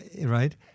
right